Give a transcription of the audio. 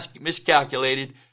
miscalculated